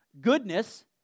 goodness